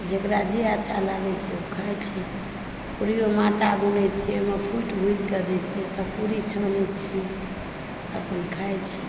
जेकरा जे अच्छा लागै छै ओ खाइ छै पूरियो ओहिमे आटा गुथै छियै ओहिमे फुटि भूजिकऽ दय छियै तब पूरी छनैत छियै तब पूरी खाइत छी